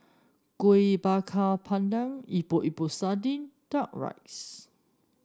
Kueh Bakar Pandan Epok Epok Sardin duck rice